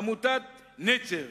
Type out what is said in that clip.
עמותת "נצר"